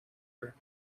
her